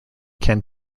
can